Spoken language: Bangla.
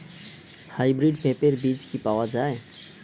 হাইব্রিড পেঁপের বীজ কি পাওয়া যায়?